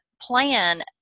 plan